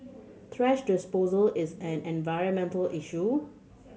thrash disposal is an environmental issue